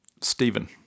Stephen